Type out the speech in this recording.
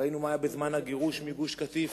ראינו מה היה בזמן הגירוש מגוש-קטיף,